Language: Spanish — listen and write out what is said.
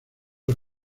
las